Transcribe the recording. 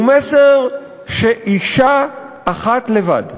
הוא מסר שאישה אחת לבד,